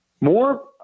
More